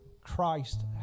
Christ